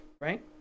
right